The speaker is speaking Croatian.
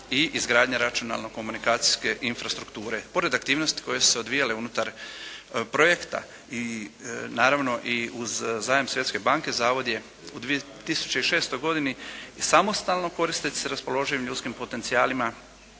i izgradnja računalno komunikacijske infrastrukture, pored aktivnosti koje su se odvijale unutar projekta i naravno i uz zajam Svjetske banke Zavod je u 2006. godini samostalno koristeći s raspoloživim ljudskim potencijalima